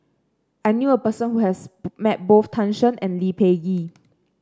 I knew a person who has met both Tan Shen and Lee Peh Gee